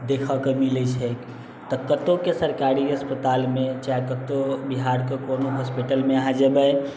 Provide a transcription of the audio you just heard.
देखऽके मिलैत छै तऽ कतहुँके सरकारी अस्पतालमे चाहे कतहुँ बिहारके कोनो हॉस्पिटलमे अहाँ जेबै